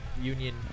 Union